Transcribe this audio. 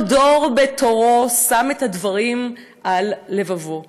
כל דור בתורו שם את הדברים על לבבו,